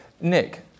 Nick